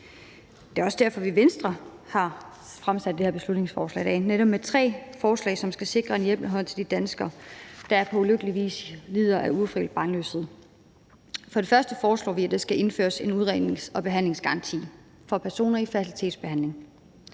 Det er også derfor, vi i Venstre har fremsat det her beslutningsforslag netop med tre forslag, som skal sikre en hjælpende hånd til de danskere, der på ulykkeligvis lider af ufrivillig barnløshed. For det første foreslår vi, at der skal indføres en udrednings- og behandlingsgaranti for personer i fertilitetsbehandling.